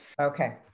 Okay